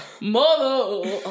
mother